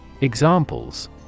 Examples